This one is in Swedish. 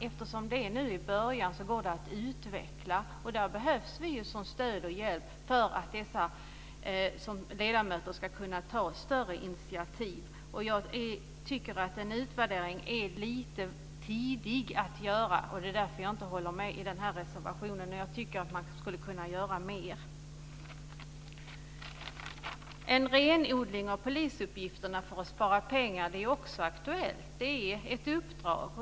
Eftersom vi är i början går det att utveckla. Där behövs vi som stöd och hjälp för att dessa ledamöter ska kunna ta större initiativ. Jag tycker att det är lite tidigt att göra en utvärdering. Därför håller jag inte med när det gäller den reservationen. Jag tycker att man skulle kunna göra mer. En renodling av polisuppgifterna för att spara pengar är också aktuellt. Det är ett uppdrag.